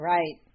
Right